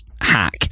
hack